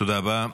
תודה רבה.